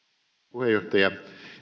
puheenjohtaja